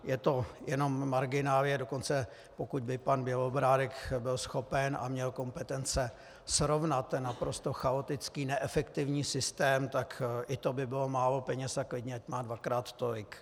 Je to jenom marginálie, dokonce pokud by pan Bělobrádek byl schopen a měl kompetence srovnat ten naprosto chaotický, neefektivní systém, tak i to by bylo málo peněz, a klidně ať má dvakrát tolik.